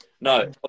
No